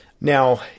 Now